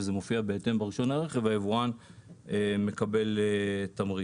וזה מופיע בהתאם ברישיון הרכב והיבואן מקבל תמריץ.